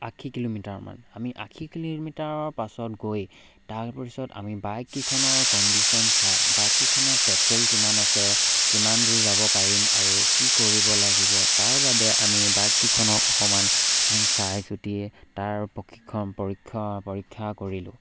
আশী কিলোমিটাৰমান আমি আশী কিলোমিটাৰৰ পাছত গৈ তাৰপিছত আমি বাইককেইখনৰ কণ্ডিশ্যন চাই বাইককেইখনত পেট্ৰ'ল কিমান আছে কিমান দূৰ যাব পাৰিম আৰু কি কৰিব লাগিব তাৰ বাবে আমি বাইককেইখনক অকণমান চাই চিতিয়ে তাৰ প্ৰশিক্ষ পৰীক্ষ পৰীক্ষা কৰিলো